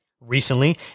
Recently